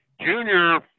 Junior